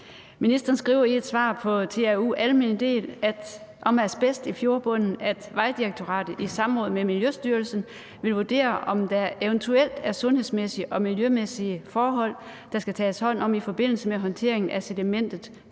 Ministeren skriver i svar på TRU alm. del – spørgsmål 13 om asbest i fjordbunden, at Vejdirektoratet i samråd med Miljøstyrelsen vil vurdere, om der eventuelt er sundhedsmæssige og miljømæssige forhold, der skal tages hånd om i forbindelse med håndtering af sedimentet fra